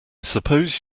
suppose